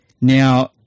Now